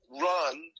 run